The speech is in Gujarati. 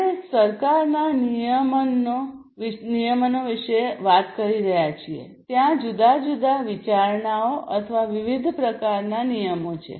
આપણે સરકારના નિયમો વિશે વાત કરી રહ્યા છીએ ત્યાં જુદા જુદા વિચારણાઓ અથવા વિવિધ પ્રકારનાં નિયમો છે